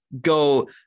go